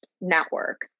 network